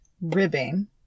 ribbing